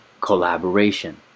collaboration